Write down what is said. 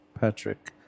Patrick